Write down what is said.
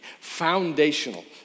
foundational